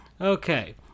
Okay